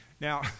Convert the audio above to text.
Now